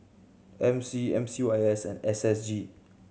M C M C Y S and S S G